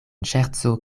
ŝerco